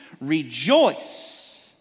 Rejoice